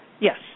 Yes